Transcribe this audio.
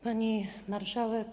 Pani Marszałek!